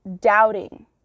doubting